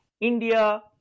India